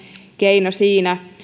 keino siinä